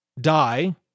die